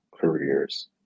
careers